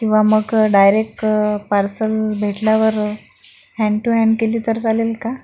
किंवा मग direct parcel भेटल्यावरं हॅन्ड टू हॅन्ड केली तर चालेल का